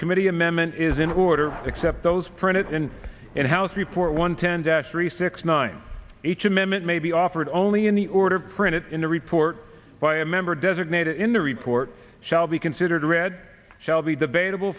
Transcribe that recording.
committee amendment is in order except those printed in in house report one ten three six nine each amendment may be offered only in the order printed in the report by a member designated in the report shall be considered read shall be debatable